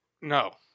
No